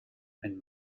ein